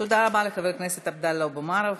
תודה רבה לחבר הכנסת עבדאללה אבו מערוף.